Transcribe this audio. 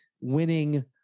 winning